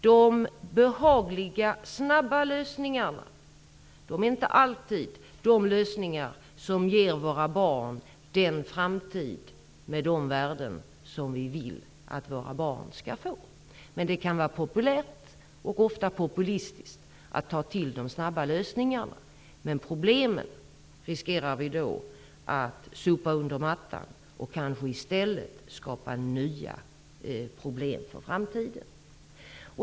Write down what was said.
De behagliga, snabba lösningarna är inte alltid de lösningar som ger våra barn den framtid och de värden som vi vill att de skall få. Det kan vara populärt, och ofta populistiskt, att ta till de snabba lösningarna. Men vi riskerar att sopa problemen under mattan och kanske i stället skapa nya problem för framtiden.